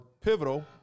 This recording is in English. pivotal